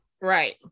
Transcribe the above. Right